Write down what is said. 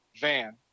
van